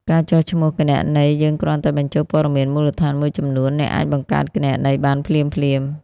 ការចុះឈ្មោះគណនីយើងគ្រាន់តែបញ្ចូលព័ត៌មានមូលដ្ឋានមួយចំនួន អ្នកអាចបង្កើតគណនីបានភ្លាមៗ។